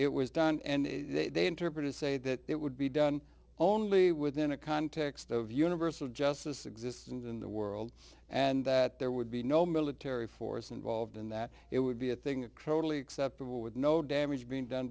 it was done and they interpreted to say that it would be done only within a context of universal justice exists in the world and that there would be no military force involved in that it would be a thing that kodaly acceptable with no damage being done